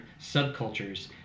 subcultures